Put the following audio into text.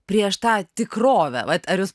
prieš tą tikrovę vat ar jūs